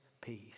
peace